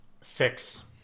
Six